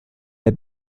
der